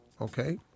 Okay